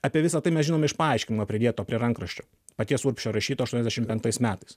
apie visa tai mes žinome iš paaiškinimo pridėto prie rankraščio paties urbšio rašyto aštuoniasdešim penktais metais